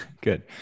Good